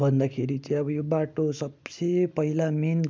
भन्दाखेरि चाहिँ अब यो बाटो सबसे पहिला मेन